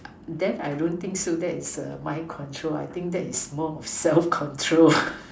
then I don't think so that is err my control I think that is more self control